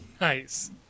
Nice